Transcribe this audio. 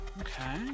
Okay